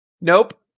Nope